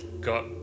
got